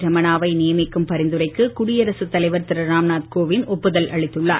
ரமணாவை நியமிக்கும் பரிந்துரைக்கு குடியரசு தலைவர் திரு ராம்நாத் கோவிந்த் ஒப்புதல் அளித்துள்ளார்